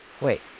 Wait